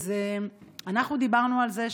אנחנו דיברנו על זה,